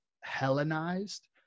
Hellenized